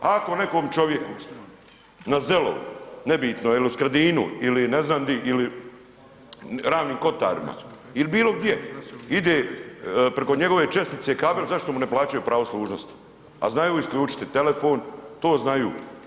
Ako nekom čovjeku na Zelovu, nebitno, il u Skradinu, ili ne znam di, ili Ravnim Kotarima ili bilo gdje, ide priko njegove čestice kabel, zašto mu ne plaćaju pravo služnosti, a znaju isključiti telefon, to znaju.